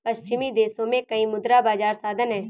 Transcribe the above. पश्चिमी देशों में कई मुद्रा बाजार साधन हैं